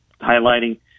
highlighting